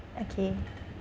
okay